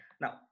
now